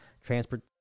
transport